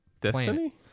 Destiny